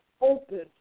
open